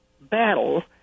battle